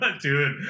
Dude